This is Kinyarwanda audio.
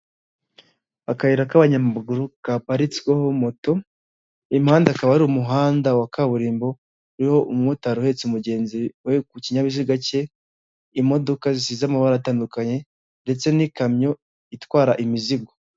Akayira k'abanyamaguru kaparitsweho moto uy'umuhanda ukaba ari umuhanda wa kaburimbo uriho umumotari uhetse umugenzi we ku kinyabiziga cye imodoka zisize amabara atandukanye ndetse n'ikamyo itwara imizigo.